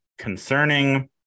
concerning